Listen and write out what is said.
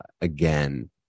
again